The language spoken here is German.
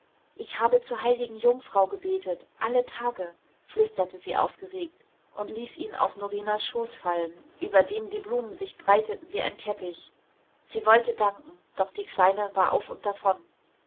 ich habe zur heiligen jungfrau gebetet alle tage flüsterte sie aufgeregt und ließ ihn auf norinas schoß fallen über dem die blumen sich breiteten wie ein teppich sie wollte danken doch die kleine war auf und davon